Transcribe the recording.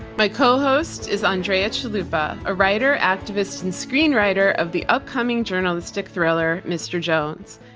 my co-host is andrea chalupa, a writer, activist, and screenwriter of the upcoming journalistic thriller mr. jones.